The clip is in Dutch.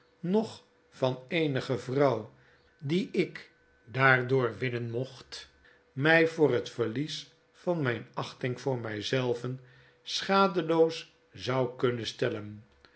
noch van eenige vrouw die ik daardoor winnen mocht my voor het verlies van myne achting voor my zelven schadeloos zou kunnen stellen